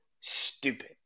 stupid